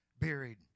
buried